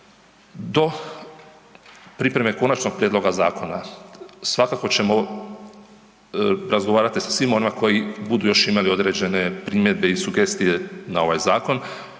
Do pripreme konačnog prijedloga zakona svakako ćemo razgovarati sa svima onima koji budu još imali određene primjedbe i sugestije na ovaj zakon.